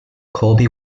colby